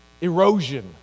erosion